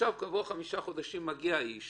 כעבור חמישה חודשים מגיע האיש